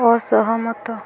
ଅସହମତ